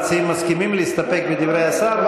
המציעים מסכימים להסתפק בדברי השר.